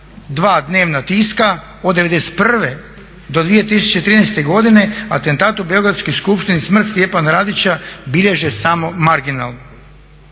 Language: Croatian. dva dnevna tiska od '91. do 2013. godine atentat u Beogradskoj skupštini smrt Stjepana Radića bilježe samo marginalno.